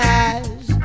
eyes